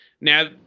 Now